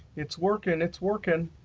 it's working. it's working.